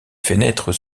fenêtres